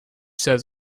serves